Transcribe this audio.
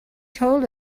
told